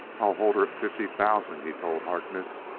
i'll hold her at fifty thousand, he told harkness.